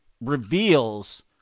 reveals